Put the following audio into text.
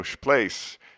place